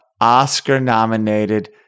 Oscar-nominated